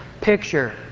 picture